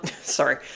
sorry